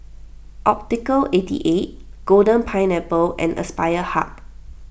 Optical eighty eight Golden Pineapple and Aspire Hub